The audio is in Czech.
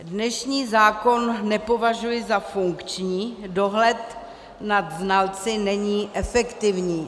Dnešní zákon nepovažuji za funkční, dohled nad znalci není efektivní.